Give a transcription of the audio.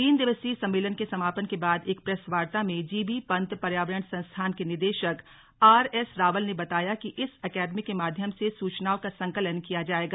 तीन दिवसीय सम्मेलन के समापन के बाद एक प्रेस वार्ता में जीबी पन्त पर्यावरण संस्थान के निदेशक आर एस रावल ने बताया कि इस एकेडमी के माध्यम से सूचनाओं का संकलन किया जाएगा